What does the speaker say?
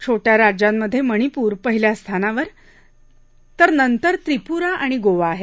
छोटया राज्यांमधे मणिपूर पहिल्या स्थानावर तर नंतर त्रिपुरा आणि गोवा आहे